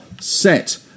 set